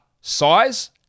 size